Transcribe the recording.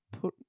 put